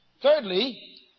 thirdly